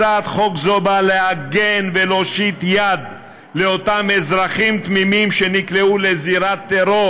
הצעת חוק זו באה להגן ולהושיט יד לאותם אזרחים תמימים שנקלעו לזירת טרור